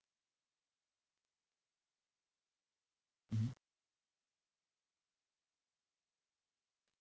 mmhmm